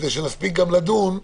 כדי שנספיק גם לדון,